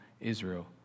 Israel